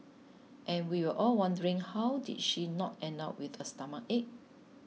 and we were all wondering how did she not end up with a stomachache